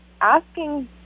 asking